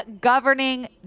governing